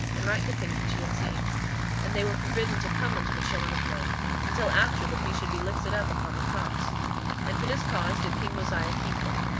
and write the things which he had seen and they were forbidden to come unto the children of men until after that he should be lifted up upon the cross and for this cause did king mosiah keep them,